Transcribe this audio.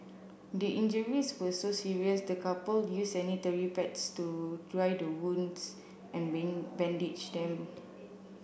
the injuries were so serious the couple used sanitary pads to dry the wounds and bandage them